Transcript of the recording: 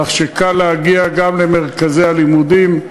כך שקל להגיע גם למרכזי הלימודים,